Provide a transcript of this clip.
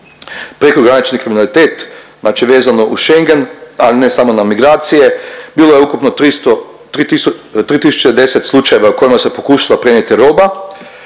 Prekogranični kriminalitet, znači vezano uz Schengen, a ne samo na migracije, bilo je ukupno 300, 3 010 slučajeva u kojima se pokušala prenijeti roba